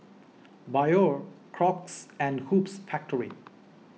Biore Crocs and Hoops Factory